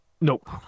Nope